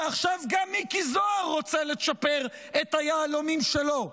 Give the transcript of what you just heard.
ועכשיו גם מיקי זוהר רוצה לצ'פר את היהלומים שלו.